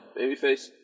babyface